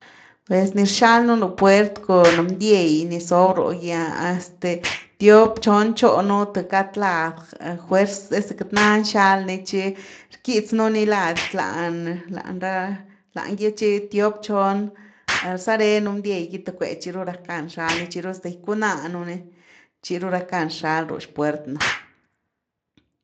Pues ni rxal nú ru puert cun ndyei ni rsob ru’gy’a este tiop, chon chonu th cad lad, fuerz esque queity nany xal ni, tchi rquitz nú ni lad lan ra- langy tchi tiop, tchon rzarenu ndyai gi th cwe, tchiru rackan rxal ni tchiru, hasta gyckanánu ni tchiru rackan rxal ru xpuert nú.